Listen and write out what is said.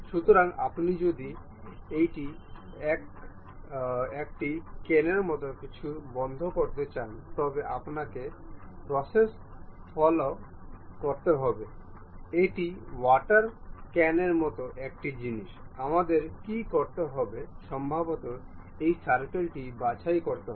সুতরাং আপনি যদি এইটি একটি কেনের মতো কিছু বন্ধ করতে চান তবে আপনাকে প্রসেস ফলো করতে হবে এটি ওয়াটার কেনের মতো একটি জিনিস আমাদের কী করতে হবে সম্ভবত এই সার্কেলটি বাছাই করতে হবে